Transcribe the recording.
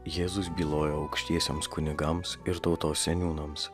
jėzus bylojo aukštiesiems kunigams ir tautos seniūnams